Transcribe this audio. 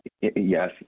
Yes